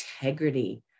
integrity